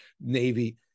navy